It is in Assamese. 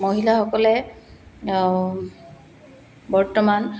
মহিলাসকলে বৰ্তমান